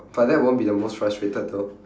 but that won't be the most frustrated though